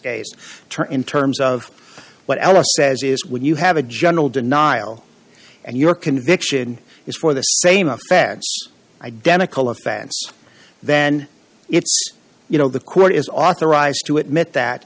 case in terms of what alice says is when you have a general denial and your conviction is for the same effect identical offense then it's you know the court is authorized to admit that